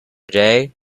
today